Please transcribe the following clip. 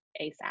ASAP